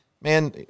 man